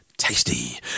Tasty